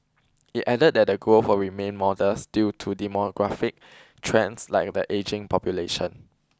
it added that the growth will remain modest due to demographic trends like the ageing population